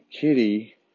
kitty